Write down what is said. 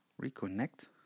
Reconnect